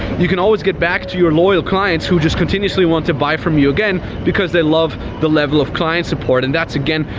you can always get back to your loyal clients who just continuously want to buy from you again, because they love the level of client support. and that's again,